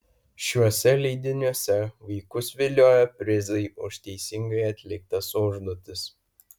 šiuose leidiniuose vaikus vilioja prizai už teisingai atliktas užduotis